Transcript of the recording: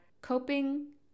coping